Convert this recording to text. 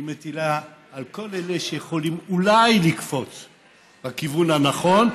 היא מטילה על כל אלה שיכולים אולי לקפוץ לכיוון הנכון,